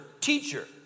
Teacher